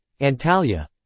Antalya